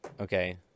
okay